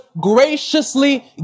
graciously